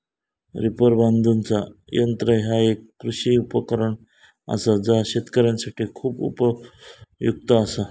reaper बांधुचा यंत्र ह्या एक कृषी उपकरण असा जा शेतकऱ्यांसाठी खूप उपयुक्त असा